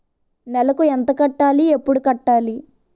నెలకు ఎంత కట్టాలి? ఎప్పుడు కట్టాలి?